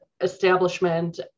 establishment